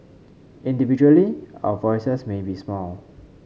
individually our voices may be small